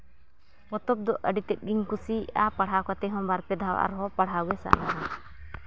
ᱯᱚᱛᱚᱵ ᱫᱚ ᱟᱹᱰᱤ ᱛᱮᱫ ᱜᱮᱧ ᱠᱩᱥᱤᱭᱟᱜᱼᱟ ᱯᱟᱲᱦᱟᱣ ᱠᱟᱛᱮᱫ ᱦᱚᱸ ᱵᱟᱨ ᱯᱮ ᱫᱦᱟᱣ ᱟᱨ ᱦᱚᱸ ᱯᱟᱲᱦᱟᱣ ᱜᱮ ᱥᱟᱱᱟᱧᱟ